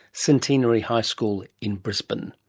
centenary high school in brisbane.